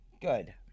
Good